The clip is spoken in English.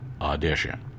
audition